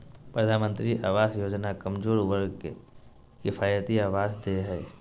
प्रधानमंत्री आवास योजना कमजोर वर्ग के किफायती आवास दे हइ